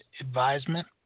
advisement